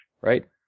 right